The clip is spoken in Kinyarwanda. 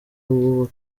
uwo